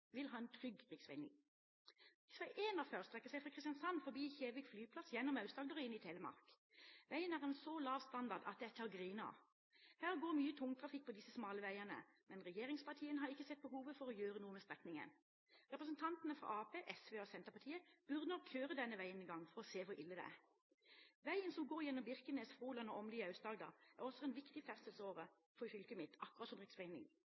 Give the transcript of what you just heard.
vil ha en trygg rv. Rv. 41 strekker seg fra Kristiansand, forbi Kjevik flyplass, gjennom Aust-Agder og inn i Telemark. Veien er av så lav standard at det er til å grine av. Det går mye tungtrafikk på disse smale veiene, men regjeringspartiene har ikke sett behovet for å gjøre noe med strekningen. Representantene fra Arbeiderpartiet, SV og Senterpartiet burde nok kjøre denne veien en gang for å se hvor ille det er. Veien, som går gjennom Birkenes, Froland og Åmli i Aust-Agder, er også en viktig ferdselsåre for fylket mitt, akkurat